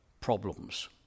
problems